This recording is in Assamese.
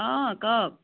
অঁ কওক